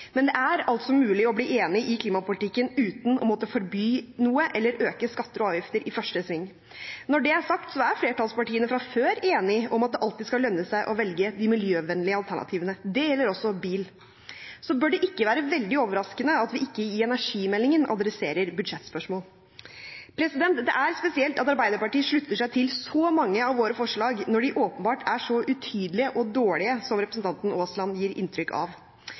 Men det er altså mulig å bli enig i klimapolitikken uten å måtte forby noe eller øke skatter og avgifter i første sving. Når det er sagt, er flertallspartiene fra før enige om at det alltid skal lønne seg å velge de miljøvennlige alternativene. Det gjelder også bil. Så bør det ikke være veldig overraskende at vi ikke tar opp budsjettspørsmål i energimeldingen. Det er spesielt at Arbeiderpartiet slutter seg til så mange av våre forslag når de åpenbart er så utydelige og dårlige som representanten Aasland gir inntrykk av.